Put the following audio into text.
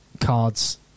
cards